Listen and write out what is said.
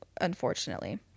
unfortunately